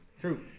True